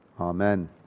Amen